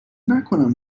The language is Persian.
نکنم